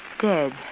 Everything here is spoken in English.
Dead